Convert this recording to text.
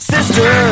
Sister